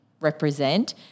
represent